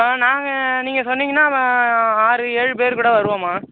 ஆ நாங்கள் நீங்கள் சொன்னிங்கனால் ஆ ஆறு ஏழு பேர் கூட வருவோம்மா